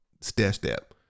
step-step